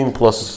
plus